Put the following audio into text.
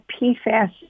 PFAS